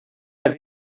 avez